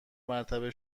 مرتبه